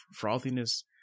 frothiness